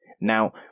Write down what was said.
Now